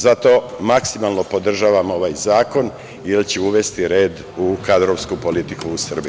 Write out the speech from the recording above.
Zato maksimalno podržavam ovaj zakon, jer će uvesti red u kadrovsku politiku u Srbiji.